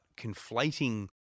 conflating